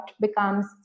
becomes